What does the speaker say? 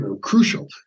crucial